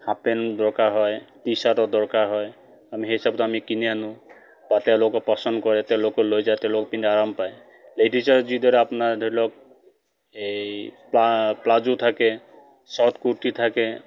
half pant দৰকাৰ হয় টি চাৰ্টৰ দৰকাৰ হয় আমি সেই হিচাপত আমি কিনি আনো বা তেওঁলোকে পচন্দ কৰে তেওঁলোকে লৈ যায় তেওঁলোকে পিন্ধি আৰাম পায় লেডিচৰ যিদৰে আপোনাৰ ধৰি লওক এই প্লা প্লাজু থাকে শ্বৰ্ট কুৰ্তি থাকে